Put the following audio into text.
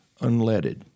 unleaded